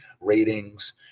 ratings